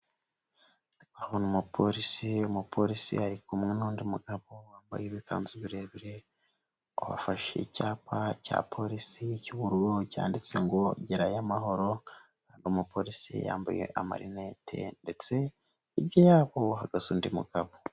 Abona umupolisi, umupolisi ari kumwe n'undi mugabo wambaye ibikanzu birebire, bafashe icyapa cya polisi cy'ubururu cyanditse ngo "Gerayo amahoro", umupolisi yambaye amarinete ndetse hibya hagaze undi mugabo.